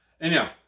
Anyhow